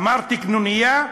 אמרתי: קנוניה.